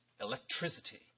electricity